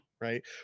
right